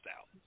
out